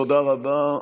תודה רבה.